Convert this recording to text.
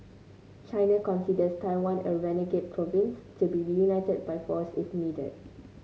China considers Taiwan a renegade province to be reunited by force if needed